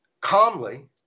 calmly